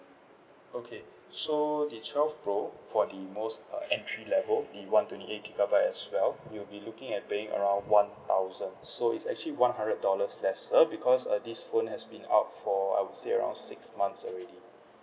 okay so the twelve pro for the most uh entry level the one twenty eighty gigabyte as well you will be looking at paying around one thousand so it's actually one hundred dollars lesser because uh this phone has been out for I would say around six months already